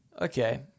Okay